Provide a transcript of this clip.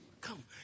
Come